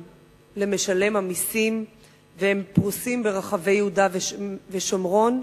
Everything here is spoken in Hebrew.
למשלם המסים והם פרוסים ברחבי יהודה ושומרון